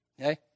okay